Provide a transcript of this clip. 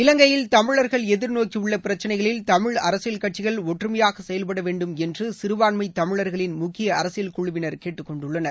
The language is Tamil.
இலங்கையில் தமிழர்கள் எதிர்நோக்கியுள்ள பிரச்சினைகளில்தமிழ் அரசியல் கட்சிகளைஒற்றுமையாக செயல்பட வேண்டும் என்று சிறபான்மை தமிழர்களின் முக்கிய அரசியல் குழுவினர் கேட்டுக்கொண்டுள்ளனர்